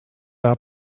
our